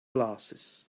glasses